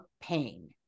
pain